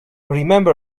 remember